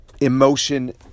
emotion